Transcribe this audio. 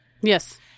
Yes